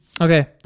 Okay